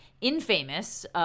infamous